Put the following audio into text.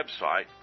website